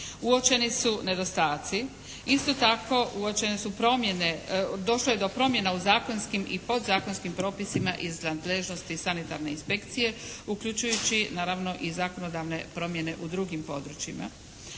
uočeni su nedostaci. Isto tako uočene su promjene. Došlo je do promjena u zakonskim i podzakonskim propisima iz nadležnosti sanitarne inspekcije uključujući naravno i zakonodavne promjene u drugim područjima